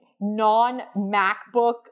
non-MacBook